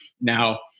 now